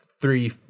three